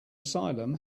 asylum